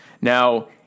Now